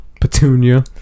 Petunia